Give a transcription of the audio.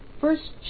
first